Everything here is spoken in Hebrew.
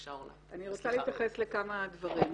אני רוצה להתייחס לכמה דברים.